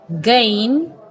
gain